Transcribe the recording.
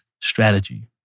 strategy